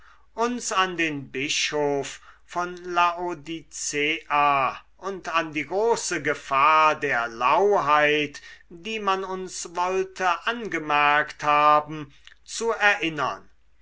uns an den bischof von laodicea und an die große gefahr der lauheit die man uns wollte angemerkt haben zu erinnern